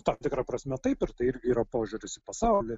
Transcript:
tam tikra prasme taip ir tai irgi yra požiūris į pasaulį